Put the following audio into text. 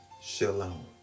shalom